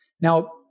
Now